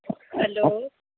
hello